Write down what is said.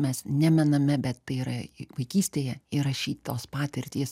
mes nemename bet tai yra vaikystėje įrašytos patirtys